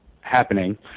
happening